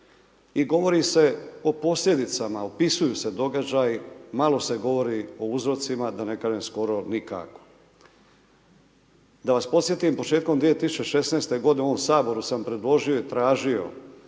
i govori se o posljedicama, opisuju se događaji, malo se govori o uzrocima, da ne kažem skoro nikako. Da vas podsjetim, početkom 2016. g. ovom Saboru sam predložio i tražio